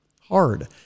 hard